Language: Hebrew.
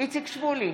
איציק שמולי,